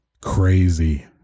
crazy